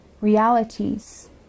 realities